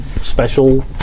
special